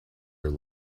are